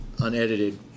unedited